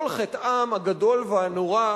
כל חטאם הגדול והנורא,